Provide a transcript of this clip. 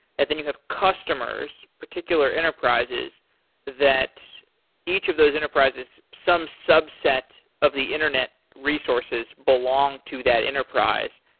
and then you have customers, particular enterprises that each of those enterprises, some subset of the internet resources belong to that enterprise.